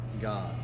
God